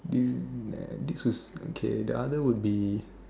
this nah this was okay the other would be